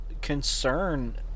concern